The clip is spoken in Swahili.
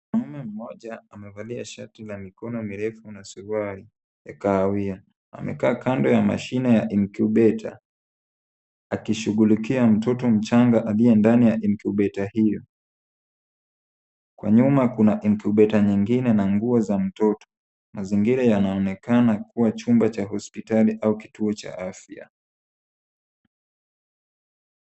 Mwanaume mmoja amevalia shati la mikono mirefu na suruali ya kahawia. Amekaa kando ya mashine ya incubator akishighulikia mtoto mchanga aliye ndani ya incubator hiyo. Kwa nyuma kuna incubator nyingine na nguo za mtoto. Mazingira yanaonekana kuwa chumba cha hospitali au kituo cha afya.